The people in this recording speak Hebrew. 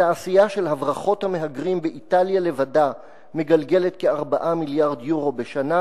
התעשייה של הברחות המהגרים באיטליה לבדה מגלגלת כ-4 מיליארד יורו בשנה,